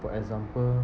for example